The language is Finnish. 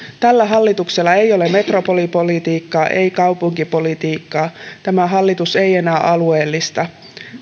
tällä hallituksella ei ole metropolipolitiikkaa ei kaupunkipolitiikkaa tämä hallitus ei enää alueellista